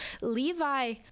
Levi